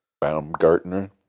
Baumgartner